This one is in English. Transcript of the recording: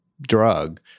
drug